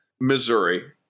Missouri